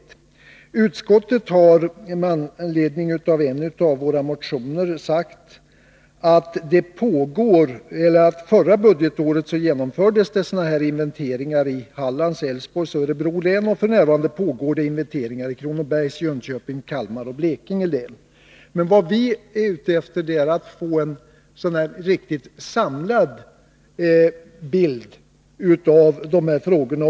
Det sägs från utskottet, med anledning av en av våra motioner, att det förra budgetåret genomfördes sådana inventeringar i Hallands, Älvsborgs och Örebro län, och att det f. n. pågår inventeringar i Kronobergs, Jönköpings, Kalmar och Blekinge län. Vad vi är ute efter är att få en samlad bild av de här frågorna.